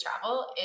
travel